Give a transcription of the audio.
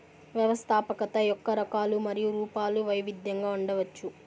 వ్యవస్థాపకత యొక్క రకాలు మరియు రూపాలు వైవిధ్యంగా ఉండవచ్చు